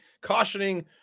cautioning